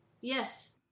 Yes